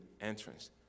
entrance